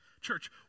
Church